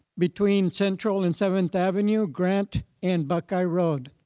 between central and seventh avenue, grant and buckeye road.